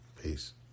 Peace